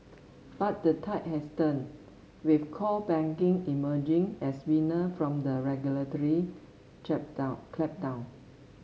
but the tide has turned with core banking emerging as winner from the regulatory clampdown